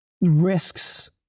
risks